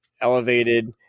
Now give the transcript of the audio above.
elevated